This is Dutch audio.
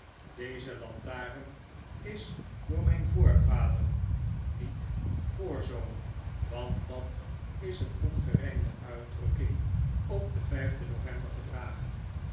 deze iantaren is door mijn voorvader niet voorzoon want dat is een ongerijmde uitdfukking r op den vijfden november gedragen